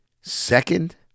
Second